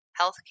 healthcare